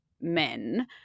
men